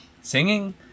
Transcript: Singing